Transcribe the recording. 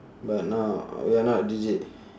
but now we are not deejay